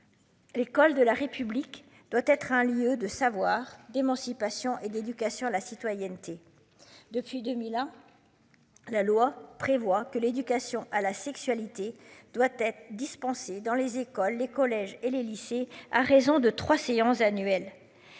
L'école de la République doit être un lieu de savoir d'émancipation et d'éducation à la citoyenneté depuis 2001. La loi prévoit que l'éducation à la sexualité doit être dispensés dans les écoles, les collèges et les lycées, à raison de 3 séances annuelles.